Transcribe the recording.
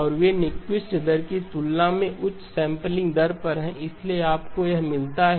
और वे न्यूक्विस्ट दर की तुलना में उच्च सैंपलिंग दर पर हैं और इसलिए आपको यह मिलता है